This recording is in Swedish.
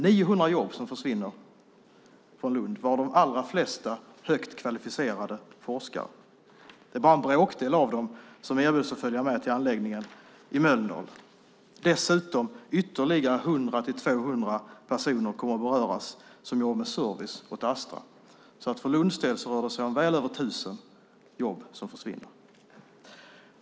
900 personer förlorar sina jobb, varav de allra flesta är högt kvalificerade forskare. Det är bara en bråkdel av dem som erbjuds att följa med till anläggningarna i Mölndal. Dessutom kommer ytterligare 100-200 personer som jobbar med service åt Astra att beröras. För Lunds del rör det sig om väl över 1 000 jobb som försvinner. Fru talman!